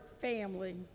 family